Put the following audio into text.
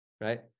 right